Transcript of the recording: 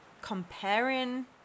comparing